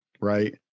Right